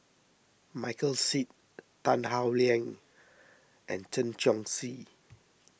Michael Seet Tan Howe Liang and Chen Chong Swee